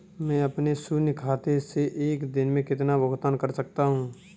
मैं अपने शून्य खाते से एक दिन में कितना भुगतान कर सकता हूँ?